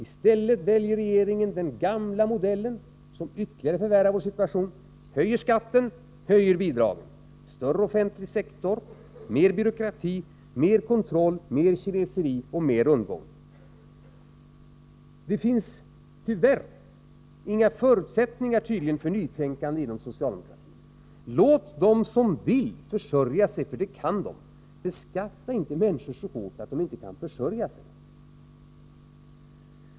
I stället väljer regeringen den gamla modellen, som ytterligare förvärrar vår situation: högre skatt, högre bidrag, större offentlig sektor, mer byråkrati, mer kontroll, mer kineseri och mer rundgång. Det finns tydligen tyvärr inga förutsättningar för nytänkande inom socialdemokratin. Låt dem som vill försörja sig göra det, för det kan de! Beskatta inte människor så hårt att de inte kan försörja sig!